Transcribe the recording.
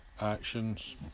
actions